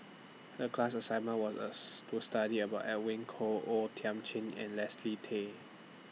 The class assignment was as to study about Edwin Koek O Thiam Chin and Leslie Tay